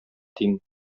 тиң